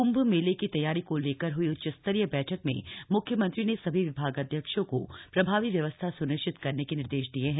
कृंभ मेले की तैयारी को लेकर हई उच्चस्तरीय बैठक में म्ख्यमंत्री ने सभी विभागाध्यक्षों को प्रभावी व्यवस्था सुनिश्चित करने के निर्देश दिए हैं